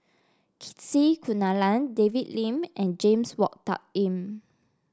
C Kunalan David Lim and James Wong Tuck Yim